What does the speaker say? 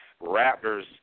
raptors